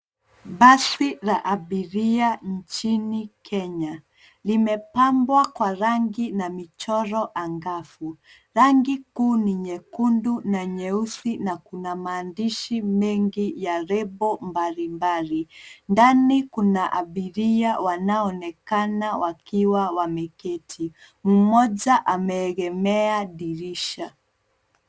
Basi la abiria nchini Kenya limepambwa kwa rangi na michoro angavu. Rangi kuu ni nyekundu na nyeusi na kuna maandishi mengi ya lebo mbalimbali. Ndani kuna abiria wanaoonekana wakiwa wameketi. Mmoja ameegemea dirisha.